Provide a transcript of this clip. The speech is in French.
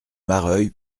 mareuil